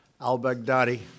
al-Baghdadi